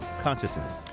consciousness